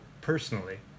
personally